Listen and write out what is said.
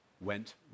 went